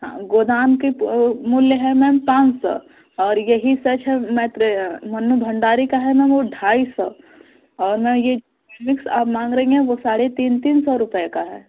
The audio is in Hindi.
हाँ गोदान के मूल्य है मैम पाँच सौ और यही सच है मैत्र मन्नू भंडारी का है ना वह ढाई सौ और ना यह कॉमिक्स आप माँग रही हैं वह साढ़े तीन तीन सौ रुपये का है